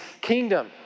kingdom